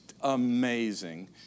amazing